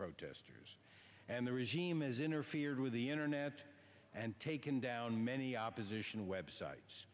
protesters and the regime has interfered with the internet and taken down many opposition websites